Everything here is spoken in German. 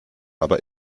aber